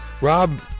Rob